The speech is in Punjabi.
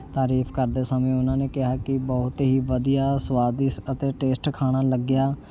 ਤਾਰੀਫ਼ ਕਰਦੇ ਸਮੇਂ ਉਹਨਾਂ ਨੇ ਕਿਹਾ ਕਿ ਬਹੁਤ ਹੀ ਵਧੀਆ ਸਵਾਦਿਸ ਅਤੇ ਟੇਸਟ ਖਾਣਾ ਲੱਗਿਆ